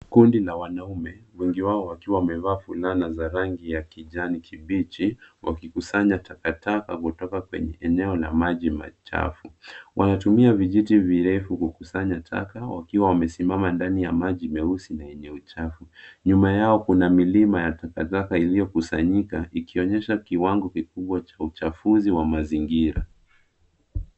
Kundi la wanaume wengi wao wakiwa wamevaa fulana za rangi ya kijani kibichi. Wakikusanya takataka kutoka kwenye eneo la maji machafu. Wanatumia vijiti virefu kukusanya taka wakiwa wamesimama ndani ya maji meusi na yenye uchafu. Nyuma yao kuna milima ya takataka iliyokusanyika ikionyesha kiwango kikubwa cha uchafuzi wa mazingira.